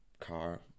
car